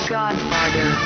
Godfather